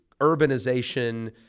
urbanization